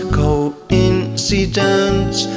coincidence